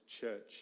church